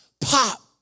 pop